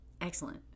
Excellent